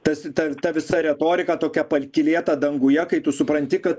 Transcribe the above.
tas ta ta visa retorika tokia pakylėta danguje kai tu supranti kad